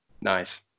Nice